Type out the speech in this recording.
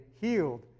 healed